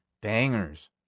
bangers